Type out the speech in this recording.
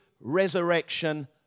resurrection